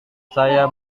saya